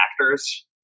actors